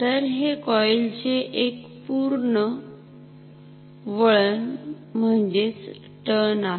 तर हे कॉईल् चे एक पुर्ण वळणटर्न आहे